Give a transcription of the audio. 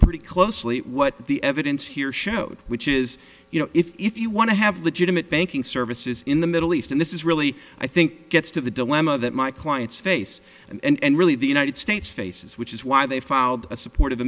pretty closely what the evidence here showed which is you know if you want to have legitimate banking services in the middle east and this is really i think gets to the dilemma that my clients face and really the united states faces which is why they filed a supportive